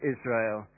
Israel